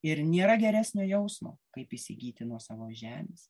ir nėra geresnio jausmo kaip įsigyti nuosavos žemės